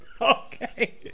Okay